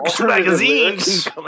magazines